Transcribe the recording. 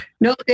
No